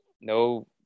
no